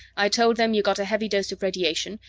i told them you got a heavy dose of radiation,